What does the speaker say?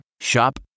Shop